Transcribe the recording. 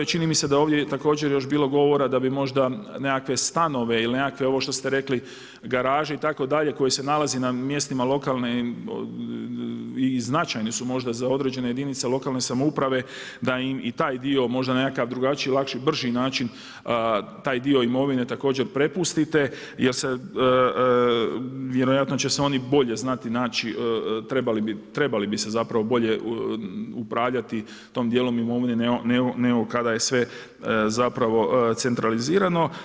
Čini mi se da je ovdje također još bilo govora da bi možda nekakve stanove ili nekakve ovo što ste rekli, garaže itd., koje se nalaze na mjestima lokalne i značajne su možda za određene jedinice lokalne samouprave, da im i taj dio možda na nekakav drugačiji i lakši, brži način taj dio imovine također prepustite jer vjerojatno će oni bolje znati naći, trebali bi se zapravo bolje upravljati tim djelom imovine nego kada je sve zapravo centralizirano.